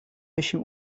بشیم